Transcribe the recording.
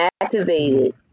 activated